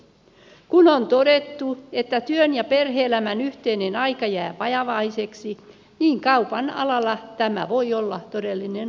kun on todettu että työn takia perheen yhteinen aika jää vajavaiseksi niin kaupan alalla tämä voi olla todellinen ongelma